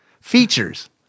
Features